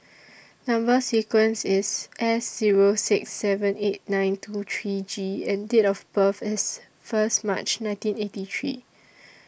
Number sequence IS S Zero six seven eight nine two three G and Date of birth IS First March nineteen eighty three